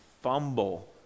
fumble